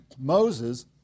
Moses